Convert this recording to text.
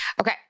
Okay